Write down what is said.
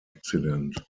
accident